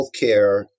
healthcare